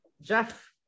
Jeff